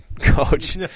coach